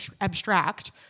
abstract